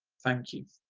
thank you.